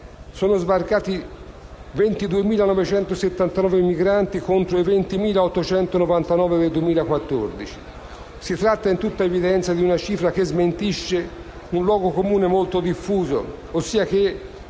sono sbarcati 22.979 migranti contro i 20.899 del 2014. Si tratta in tutta evidenza di una cifra che smentisce un luogo comune molto diffuso, ossia che